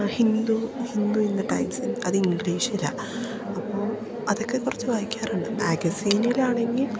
ഹിന്ദു ഹിന്ദു പിന്നെ ടൈംസ് അത് ഇംഗ്ലീഷിലാ അപ്പോൾ അതൊക്കെ കുറച്ച് വായിക്കാറുണ്ട് മാഗസീനിലാണെങ്കിൽ